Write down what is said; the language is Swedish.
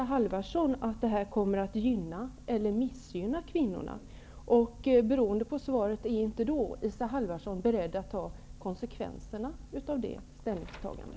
Halvarsson att den kommer att gynna eller missgynna kvinnorna? Beroende på svaret: Är Isa Halvarsson beredd att ta konsekvenserna av sitt ställningstagande?